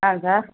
ஆ sir